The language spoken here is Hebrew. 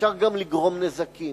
אפשר גם לגרום נזקים.